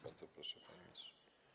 Bardzo proszę, panie ministrze.